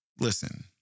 listen